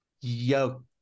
yo